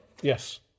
Yes